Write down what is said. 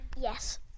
Yes